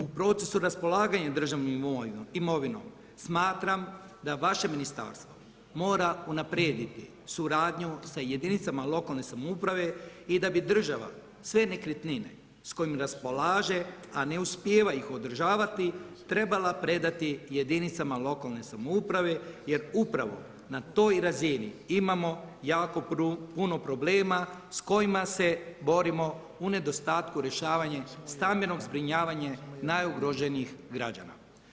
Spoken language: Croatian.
U procesu raspolaganja državnom imovinom, smatram da vaše ministarstvo mora unaprijediti suradnju sa jedinicama lokalne samouprave i da bi država sve nekretnine s kojima raspolaže a ne uspijeva ih održavati, trebala predati jedinicama lokalne samouprave jer upravo na toj razini imamo jako puno problema s kojima se borimo u nedostatku rješavanja stambenog zbrinjavanja najugroženijih građana.